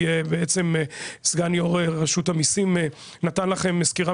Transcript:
היא בעצם סגן יו"ר רשות המיסים נתן לכם סקירה